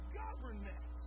government